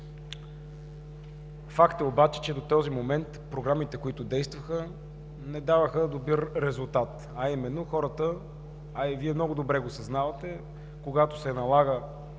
Факт е обаче, че до този момент програмите, които действаха, не даваха добър резултат. Вие много добре съзнавате, когато се налага